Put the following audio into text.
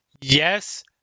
yes